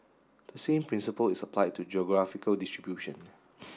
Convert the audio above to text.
the same principle is applied to geographical distribution